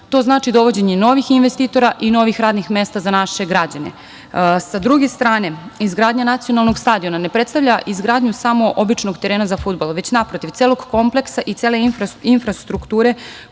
to znači dovođenje novih investitora i novih radnih mesta za naše građane. Sa druge strane, izgradnja nacionalnog stadiona ne predstavlja izgradnju samo običnog terena za fudbal, već naprotiv, celog kompleksa i cele infrastrukture